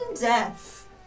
death